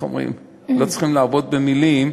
לא צריכים להרבות במילים,